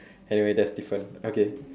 anyway that's different okay